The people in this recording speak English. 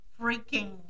freaking